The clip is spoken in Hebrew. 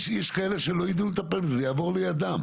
יש כאלה שלא ידעו לטפל בזה וזה יעבור לידם.